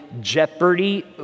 Jeopardy